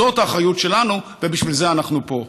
זאת האחריות שלנו, ובשביל זה אנחנו פה.